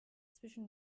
zwischen